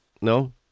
No